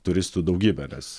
turistų daugybę nes